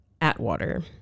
Atwater